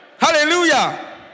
Hallelujah